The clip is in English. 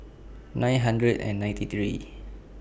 nine hundred and ninety three